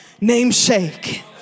namesake